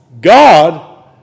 God